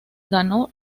ganó